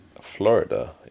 Florida